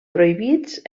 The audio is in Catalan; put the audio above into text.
prohibits